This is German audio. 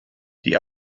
die